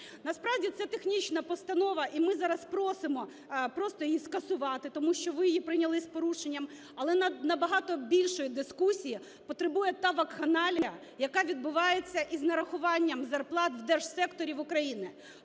Насправді це технічна постанова, і ми зараз просимо просто її скасувати, тому що ви її прийняли з порушенням. Але набагато більшої дискусії потребує та вакханалія, яка відбувається із нарахуванням зарплат в держсекторі України.